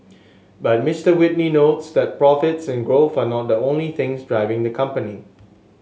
but Mister Whitney notes that profits and growth are not the only things driving the company